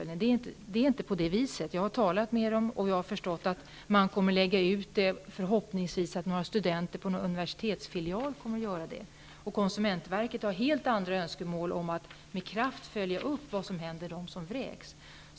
Jag har talat med konsumentverkets personal och förstått att man kommer att lägga ut arbetet. Förhoppningsvis kommer några studenter vid en universitetsfilial att kunna anlitas. Konsumentverket har helt andra önskemål, att med kraft följa upp vad som händer med dem som vräks.